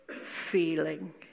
feeling